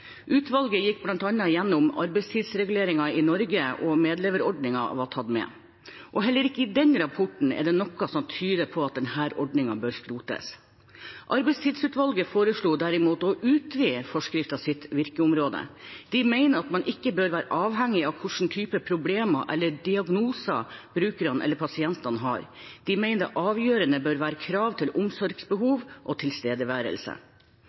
Utvalget gikk bl.a. gjennom arbeidstidsreguleringen i Norge, og medleverordningen var tatt med. Heller ikke i denne rapporten er det noe som tyder på at denne ordningen bør skrotes. Arbeidstidsutvalget foreslo derimot å utvide forskriftens virkeområde. Utvalget mente at man ikke bør være avhengig av hvilken type problemer eller diagnoser brukerne eller pasientene har, men at det avgjørende bør være krav til omsorgsbehov og tilstedeværelse.